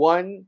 One